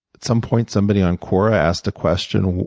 some point, somebody on quora asked a question.